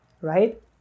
right